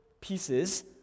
pieces